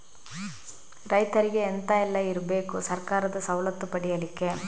ರೈತರಿಗೆ ಎಂತ ಎಲ್ಲ ಇರ್ಬೇಕು ಸರ್ಕಾರದ ಸವಲತ್ತು ಪಡೆಯಲಿಕ್ಕೆ?